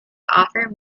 offer